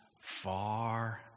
far